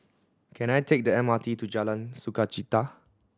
can I take the M R T to Jalan Sukachita